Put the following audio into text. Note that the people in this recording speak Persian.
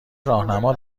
راهنما